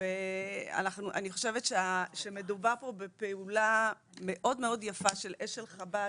ואני חושבת שמדובר פה בפעולה מאוד מאוד יפה של אשל חב"ד,